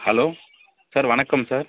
hello sir வணக்கம் sir